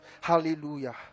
Hallelujah